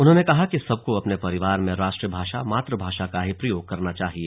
उन्होंने कहा कि सबको अपने परिवार में राष्ट्रभाषा मातुभाषा का ही प्रयोग करना चाहिए